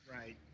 Right